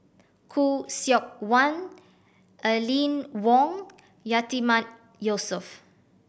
Khoo Seok Wan Aline Wong Yatiman Yusof